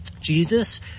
Jesus